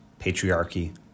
patriarchy